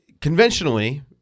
conventionally